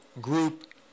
group